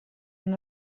non